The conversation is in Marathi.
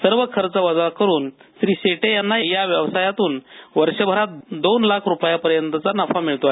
सर्व खर्च वजा करून श्री शेटे यांना या व्यवसायातून वर्षभरात दोन लाख रुपयांपर्यंतचा नफा मिळतो